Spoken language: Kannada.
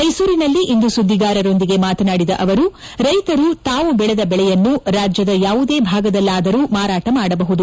ಮೈಸೂರಿನಲ್ಲಿಂದು ಸುದ್ದಿಗಾರರೊಂದಿಗೆ ಮಾತನಾಡಿದ ಅವರು ರೈತರು ತಾವು ಬೆಳೆದ ಬೆಳೆಯನ್ನು ರಾಜ್ಯದ ಯಾವುದೇ ಭಾಗದಲ್ಲಾದರೂ ಮಾರಾಟ ಮಾಡಬಹುದು